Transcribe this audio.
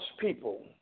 people